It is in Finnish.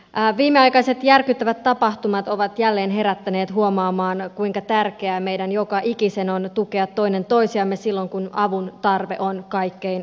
viimeaikaiset järkyttävät tapahtumat ovat jälleen herättäneet huomaamaan kuinka tärkeää meidän joka ikisen on tukea toinen toisiamme silloin kun avun tarve on kaikkein suurin